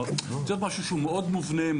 כלומר, צריך להיות משהו שהוא מאוד מובנה.